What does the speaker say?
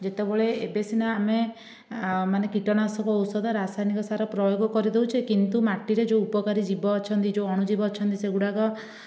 ଯେତେବେଳେ ଏବେ ସିନା ଆମେ ମାନେ କୀଟନାଶକ ଔଷଧ ରାସାୟନିକ ସାର ପ୍ରୟୋଗ କରିଦେଉଛେ କିନ୍ତୁ ମାଟିରେ ଯେଉଁ ଉପକାରୀ ଜୀବ ଅଛନ୍ତି ଯେଉଁ ଅଣୁଜୀବ ଅଛନ୍ତି ସେଗୁଡ଼ାକ